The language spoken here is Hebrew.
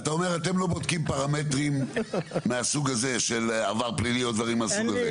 אתה אומר אתם לא בודקים פרמטרים של עבר פלילי או דברים מהסוג הזה?